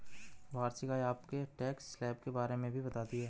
वार्षिक आय आपके टैक्स स्लैब के बारे में भी बताती है